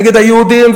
נגד היהודים,